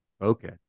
Okay